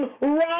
wrong